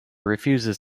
refuses